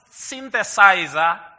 synthesizer